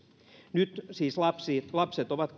nyt siis lapsista ovat